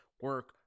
Work